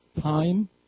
time